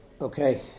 Okay